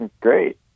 Great